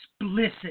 explicit